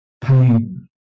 pain